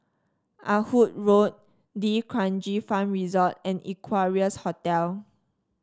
Ah Hood Road D'Kranji Farm Resort and Equarius Hotel